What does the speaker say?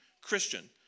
Christian